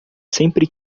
sempre